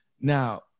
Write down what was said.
now